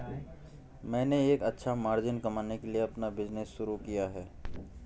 मैंने एक अच्छा मार्जिन कमाने के लिए अपना बिज़नेस शुरू किया है